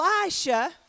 Elisha